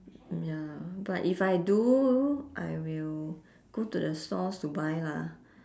mm ya but if I do I will go to the stores to buy lah